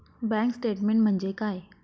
Bank statement म्हणजे काय?